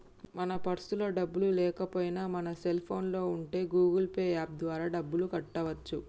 మన పర్సులో డబ్బులు లేకపోయినా మన సెల్ ఫోన్లో ఉండే గూగుల్ పే యాప్ ద్వారా డబ్బులు కట్టవచ్చు